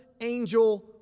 angel